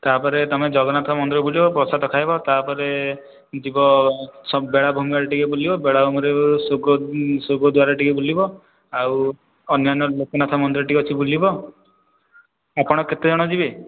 ତା'ପରେ ତମେ ଜଗନ୍ନାଥ ମନ୍ଦିର ବୁଲିବ ପ୍ରସାଦ ଖାଇବ ତା'ପରେ ଯିବ ବେଳାଭୂମି ଆଡ଼େ ଟିକେ ବୁଲିବ ବେଳାଭୂମିରୁ ସ୍ୱର୍ଗଦ୍ୱାର ଟିକେ ବୁଲିବ ଆଉ ଅନ୍ୟାନ୍ୟ ଲୋକନାଥ ମନ୍ଦିର ଟିକେ ଅଛି ବୁଲିବ ଆପଣ କେତେ ଜଣ ଯିବେ